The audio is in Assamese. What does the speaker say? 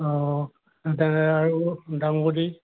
অ আৰু ডাংবডী